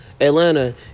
Atlanta